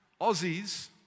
Aussies